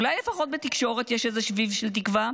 אולי לפחות בתקשורת יש איזה שביב של תקווה?